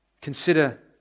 consider